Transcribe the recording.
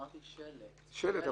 דיברתי על שלט.